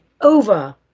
over